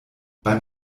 beim